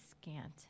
scant